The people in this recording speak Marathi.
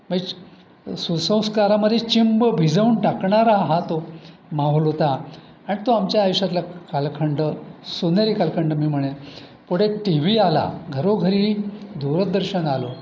म्हणजे सुसंस्कारामध्ये चिंब भिजवून टाकणारा हा तो माहोल होता आणि तो आमच्या आयुष्यातला कालखंड सोनेरी कालखंड मी म्हणेन पुढे टी व्ही आला घरोघरी दूरदर्शन आलं